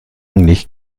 nicht